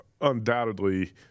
undoubtedly